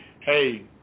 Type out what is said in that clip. hey